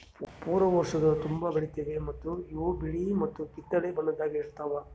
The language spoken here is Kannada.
ಪೂರಾ ವರ್ಷದ ತುಂಬಾ ಬೆಳಿತಾವ್ ಮತ್ತ ಇವು ಬಿಳಿ ಮತ್ತ ಕಿತ್ತಳೆ ಬಣ್ಣದಾಗ್ ಇರ್ತಾವ್